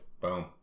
Boom